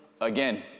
again